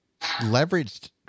leveraged